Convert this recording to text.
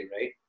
right